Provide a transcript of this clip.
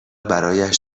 برایش